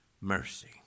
mercy